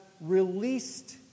released